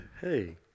Hey